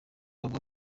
bavuga